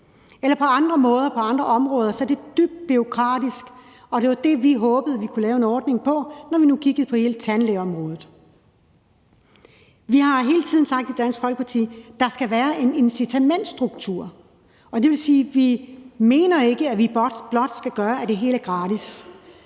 af. På andre områder er det dybt bureaukratisk, og det var det, vi håbede vi kunne lave en ordning på, når vi nu kiggede på hele tandlægeområdet. Vi har i Dansk Folkeparti hele tiden sagt, at der skal være en incitamentsstruktur, og det vil sige, at vi ikke mener, at vi blot skal gøre sådan, at det hele bliver gratis,